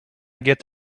get